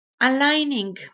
aligning